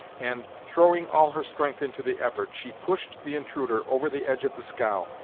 and, throwing all her strength into the effort, she pushed the intruder over the edge of the scow,